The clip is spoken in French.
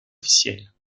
officielles